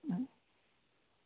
অঁ